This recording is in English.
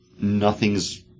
nothing's